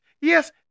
Yes